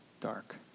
dark